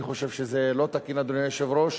אני חושב שזה לא תקין, אדוני היושב-ראש,